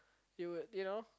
you would you know